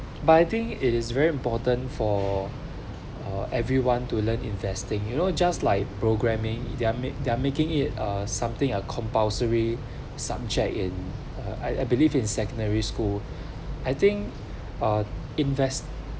but I think it is very important for uh everyone to learn investing you know just like programming there made they are making it or something a compulsory subject in uh I I believe in secondary school I think uh invest